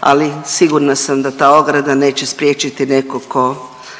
ali sigurna sam da ta ograda neće spriječiti nekog tko